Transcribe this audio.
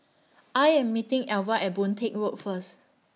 I Am meeting Elva At Boon Teck Road First